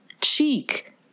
cheek